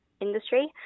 industry